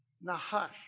Nahash